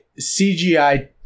cgi